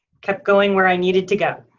kept going where i needed to go.